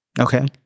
Okay